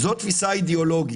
זו תפיסה אידיאולוגית.